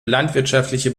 landwirtschaftliche